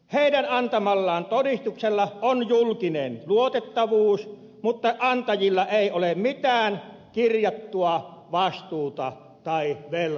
heidän antamallaan todistuksella on julkinen luotettavuus mutta antajilla ei ole mitään kirjattua vastuuta tai velvoitetta